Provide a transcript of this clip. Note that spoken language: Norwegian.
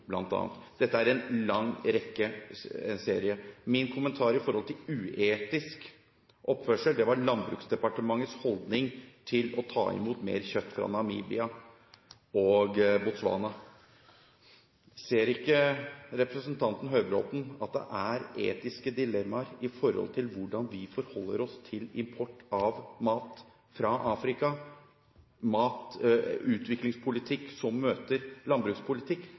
– dette er en lang serie. Min kommentar til uetisk oppførsel var Landbruksdepartementets holdning til å ta imot mer kjøtt fra Namibia og Botswana. Ser ikke representanten Høybråten at det er etiske dilemmaer i forhold til hvordan vi forholder oss til import av mat fra Afrika – at det er utviklingspolitikk som møter landbrukspolitikk?